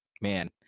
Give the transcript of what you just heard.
man